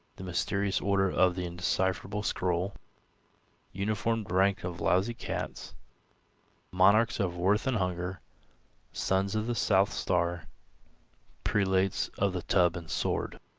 the mysterious order of the undecipherable scroll uniformed rank of lousy cats monarchs of worth and hunger sons of the south star prelates of the tub-and-sword.